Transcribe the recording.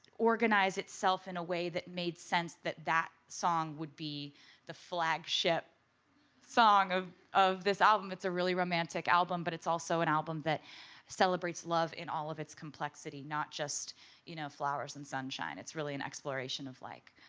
organize itself in a way that made sense that that song would be the flagship song of of this album. it's a really romantic album, but it's also an album that celebrates love in all of its complexity, not just you know flowers and sunshine. it's really an exploration of like,